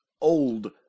old